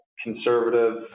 conservative